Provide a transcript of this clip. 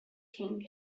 king